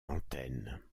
antennes